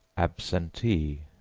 absentee,